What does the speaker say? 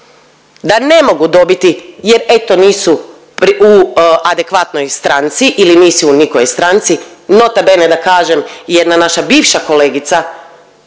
da ne mogu dobiti jer eto nisu u adekvatnoj stranici ili nisu u nikojoj stranci. Nota bene da kažem jedna naša bivša kolegica